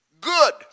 Good